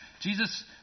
jesus